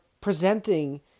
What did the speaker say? presenting